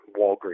Walgreens